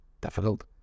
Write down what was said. Difficult